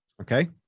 Okay